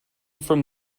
from